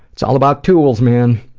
it's all about tools man.